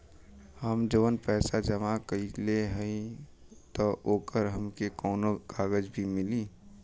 हम जवन पैसा जमा कइले हई त ओकर हमके कौनो कागज भी मिली?